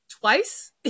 twice